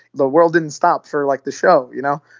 the world didn't stop for, like, the show, you know?